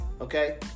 okay